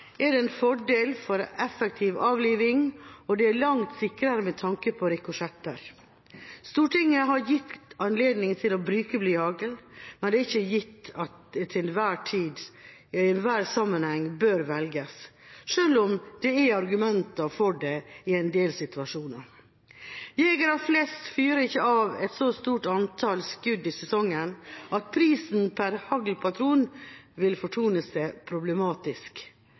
er det en fordel for effektiv avliving, og det er langt sikrere med tanke på rikosjetter. Stortinget har gitt anledning til å bruke blyhagl, men det er ikke gitt at det til enhver tid og i enhver sammenheng bør velges, selv om det er argumenter for det i en del situasjoner. Jegere flest fyrer ikke av et så stort antall skudd i sesongen at prisen per haglpatron vil fortone seg problematisk.